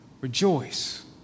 rejoice